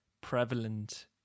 prevalent